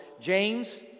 James